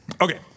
Okay